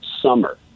summer